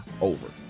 Over